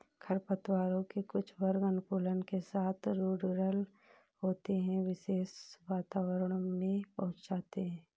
खरपतवारों के कुछ वर्ग अनुकूलन के साथ रूडरल होते है, विशेष वातावरणों में लाभ पहुंचाते हैं